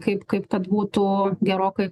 kaip kaip kad būtų gerokai